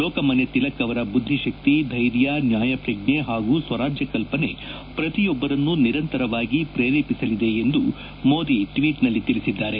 ಲೋಕಮಾನ್ಯ ತಿಲಕ್ ಅವರ ಬುದ್ದಿಶಕ್ತಿ ಧೈರ್ಯ ನ್ಯಾಯಪ್ರಜ್ಞೆ ಹಾಗೂ ಸ್ವರಾಜ್ಯ ಕಲ್ಪನೆ ಪ್ರತಿಯೊಬ್ಬರನ್ನು ನಿರಂತರವಾಗಿ ಪ್ರೇರೇಪಿಸಲಿದೆ ಎಂದು ಮೋದಿ ಟ್ವೀಟ್ನಲ್ಲಿ ತಿಳಿಸಿದ್ದಾರೆ